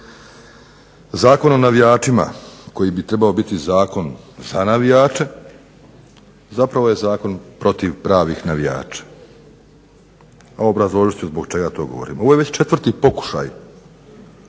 Zakon o navijačima koji bi trebao biti zakon za navijače zapravo je zakon protiv pravih navijača. Obrazložit ću zbog čega to govorim. Ovo je već četvrti pokušaj